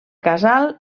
casal